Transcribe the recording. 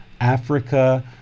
Africa